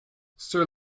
sir